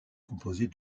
composée